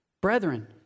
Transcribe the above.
brethren